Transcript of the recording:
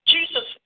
Jesus